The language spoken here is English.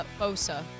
Bosa